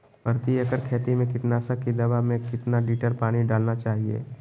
प्रति एकड़ खेती में कीटनाशक की दवा में कितना लीटर पानी डालना चाइए?